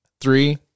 Three